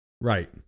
Right